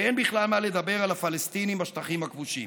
ואין בכלל מה לדבר על הפלסטינים בשטחים הכבושים,